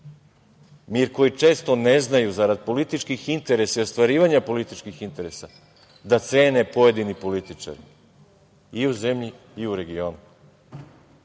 Mir koji često ne znaju zarad političkih interesa, ostvarivanja političkih interesa, da cene pojedini političari i u zemlji i u regionu.